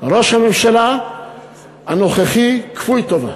ראש הממשלה הנוכחי כפוי טובה.